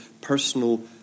personal